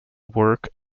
work